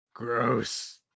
Gross